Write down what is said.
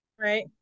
right